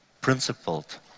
principled